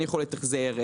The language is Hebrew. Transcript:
אין יכולת החזר,